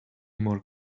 more